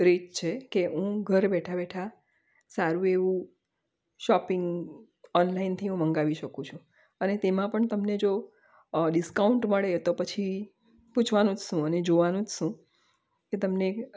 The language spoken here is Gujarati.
રીત છે કે હું ઘરે બેઠા બેઠા સારું એવું શોપિંગ ઓનલાઇનથી હું મંગાવી શકું છું અને તેમાં પણ તમને જો ડિસ્કાઉન્ટ મળે તો પછી પૂછવાનું શું અને જોવાનું જ શું એ તમને